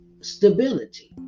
stability